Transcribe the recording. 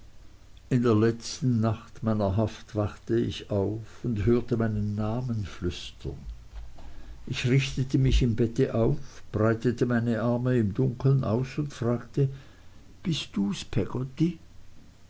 in der letzten nacht meiner haft wachte ich auf und hörte meinen namen flüstern ich richtete mich im bett auf breitete meine arme im dunkeln aus und fragte bist dus peggotty